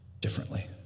differently